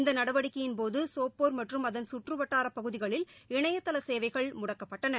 இந்த நடவடிக்கையின்போது சோப்போர் மற்றும் அதன் கற்று வட்டார பகுதிகளில் இணையதள சேவைகள் முடக்கப்பட்டன